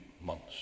months